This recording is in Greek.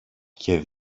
και